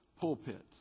pulpit